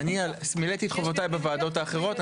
אני מילאתי את חובותיי בוועדות האחרות.